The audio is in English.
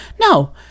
No